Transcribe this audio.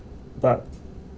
but